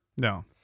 no